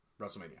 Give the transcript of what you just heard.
Wrestlemania